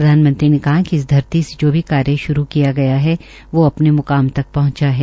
प्रधानमंत्री ने कहा कि इस धरती से जो भी कार्य शुरू किया गया है वोह अपने मुकाम तक पहुंचा है